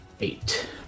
eight